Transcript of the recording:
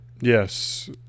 Yes